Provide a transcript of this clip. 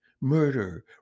murder